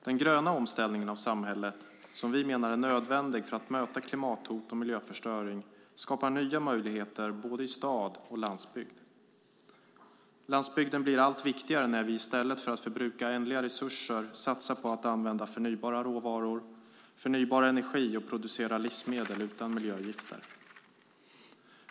Den gröna omställningen av samhället som vi menar är nödvändig för att möta klimathot och miljöförstöring skapar nya möjligheter både i stad och på landsbygd. Landsbygden blir allt viktigare när vi i stället för att förbruka ändliga resurser satsar på att använda förnybara råvaror, förnybar energi och producera livsmedel utan miljögifter.